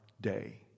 day